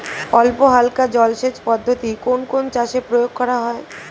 অল্পহালকা জলসেচ পদ্ধতি কোন কোন চাষে প্রয়োগ করা হয়?